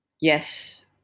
yes